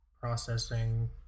processing